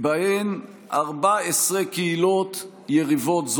ובהם 14 קהילות יריבות.